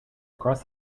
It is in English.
across